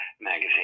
magazine